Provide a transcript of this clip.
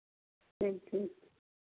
thank you